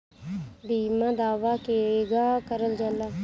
बीमा दावा केगा करल जाला?